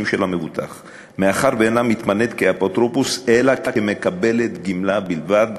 של המבוטח מאחר שאינה מתמנית כאפוטרופוס אלא כמקבלת גמלה בלבד,